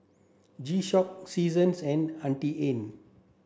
G Shock Seasons and Auntie Anne